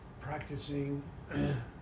practicing